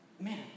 Man